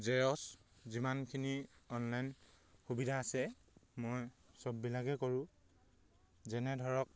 Xerox যিমানখিনি online সুবিধা আছে মই চববিলাকে কৰোঁ যেনে ধৰক